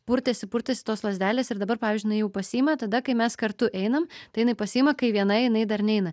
purtėsi purtėsi tos lazdelės ir dabar pavyzdžiui jinai jau pasiima tada kai mes kartu einam tai jinai pasiima kai viena jinai dar neina